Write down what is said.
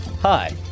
Hi